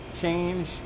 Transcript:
change